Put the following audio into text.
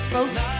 Folks